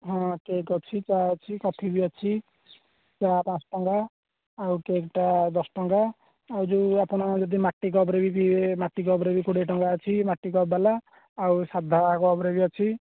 ହଁ କେକ୍ ଅଛି ଚାହା ଅଛି କଫି ବି ଅଛି ଚାହା ପାଞ୍ଚ ଟଙ୍କା ଆଉ କେକ୍ ଟା ଦଶ ଟଙ୍କା ଆଉ ଯେଉଁ ଆପଣ ମାଟି କପ୍ ରେ ବି ପିଇବେ ମାଟି କପ୍ ରେ ବି କୋଡିଏ ଟଙ୍କା ଅଛି ମାଟି କପ୍ ବାଲା ଆଉ ସାଧା କପ୍ ରେ ବି ଅଛି